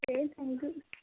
کے thank you